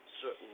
certain